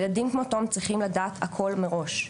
ילדים כמו תום צריכים לדעת הכול מראש,